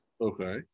Okay